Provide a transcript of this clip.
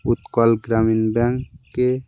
উৎকল গ্রামীণ ব্যাঙ্কে